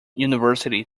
university